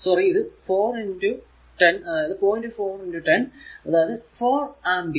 sorry ഇത് 4 10 അതായതു 4 ampere